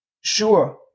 sure